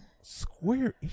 Square